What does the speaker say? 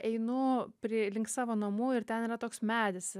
einu prie link savo namų ir ten yra toks medis